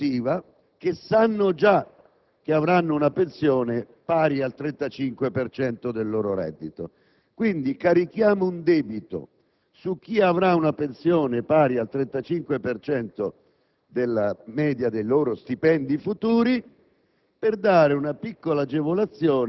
di ripartizione contributiva, che sanno già che avranno una pensione pari al 35 per cento del loro reddito. Quindi carichiamo un debito su chi avrà una pensione pari al 35 per cento della media dei loro stipendi futuri